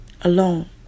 alone